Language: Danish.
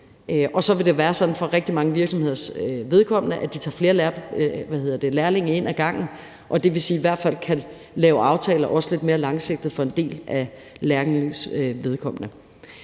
sådan for rigtig mange virksomheders vedkommende, at de tager flere lærlinge ind ad gangen, og det vil sige, at de i hvert fald også kan lave aftaler lidt mere langsigtet for en del af lærlingenes vedkommende.